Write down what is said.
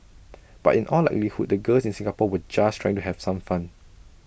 but in all likelihood the girls in Singapore were just trying to have some fun